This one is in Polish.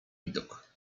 widok